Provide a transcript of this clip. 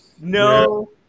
No